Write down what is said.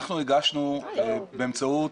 אנחנו הגשנו באמצעות